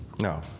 No